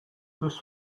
this